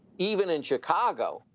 even in chicago,